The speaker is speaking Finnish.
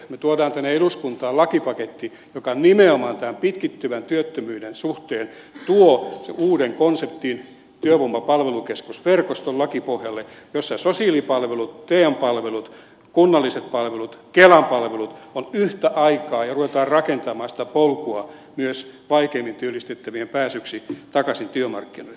me tuomme tänne eduskuntaan lakipaketin joka nimenomaan tämän pitkittyvän työttömyyden suhteen tuo uuden konseptin työvoimapalvelukeskusverkoston lakipohjalle jossa sosiaalipalvelut te palvelut kunnalliset palvelut kelan palvelut ovat yhtä aikaa ja rupeamme rakentamaan sitä polkua myös vaikeimmin työllistettävien pääsyksi takaisin työmarkkinoille